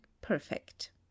perfect